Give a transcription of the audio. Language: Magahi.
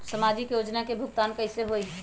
समाजिक योजना के भुगतान कैसे होई?